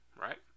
right